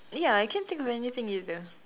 ya I can't think of anything either